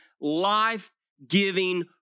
life-giving